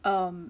um